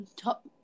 top